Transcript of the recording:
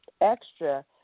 extra